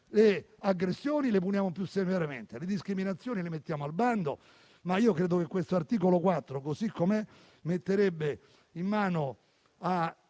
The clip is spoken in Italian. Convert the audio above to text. Le aggressioni le puniamo più severamente, le discriminazioni le mettiamo al bando, ma io credo che l'articolo 4, così com'è, metterebbe le opinioni